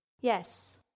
Yes